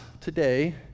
today